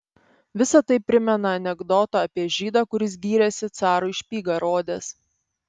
visa tai primena anekdotą apie žydą kuris gyrėsi carui špygą rodęs